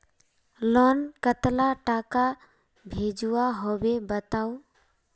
Loan कतला टाका भेजुआ होबे बताउ?